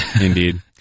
Indeed